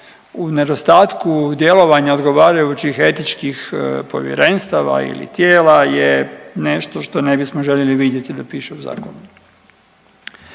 u nedostatku djelovanja odgovarajućih etičkih povjerenstava ili tijela je nešto što ne bismo željeli vidjeti da piše u zakonu.